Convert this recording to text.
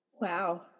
Wow